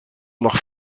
lag